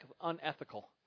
unethical